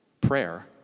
prayer